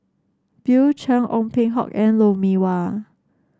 Bill Chen Ong Peng Hock and Lou Mee Wah